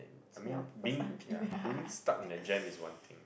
I mean being ya being stuck in the jam is one thing